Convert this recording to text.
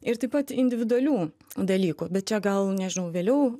ir taip pat individualių dalykų bet čia gal nežinau vėliau